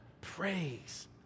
praise